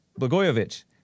Blagojevich